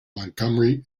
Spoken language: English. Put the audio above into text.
montgomery